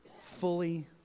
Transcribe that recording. fully